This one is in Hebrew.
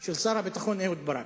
של שר הביטחון אהוד ברק,